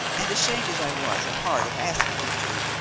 and ashamed as i was at heart of asking her to,